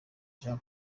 jean